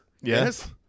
Yes